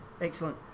excellent